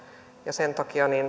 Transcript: ja sen takia